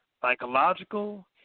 psychological